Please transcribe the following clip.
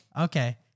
okay